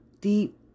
deep